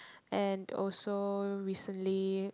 and also recently